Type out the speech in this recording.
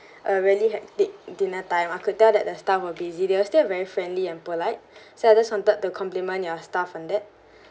a really hectic dinner time I could tell that the staff were busy they were still very friendly and polite so I just wanted to complement your staff on that